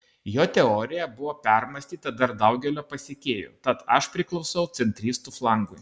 jo teorija buvo permąstyta dar daugelio pasekėjų tad aš priklausau centristų flangui